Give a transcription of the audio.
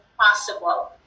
possible